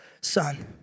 son